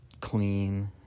clean